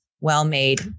well-made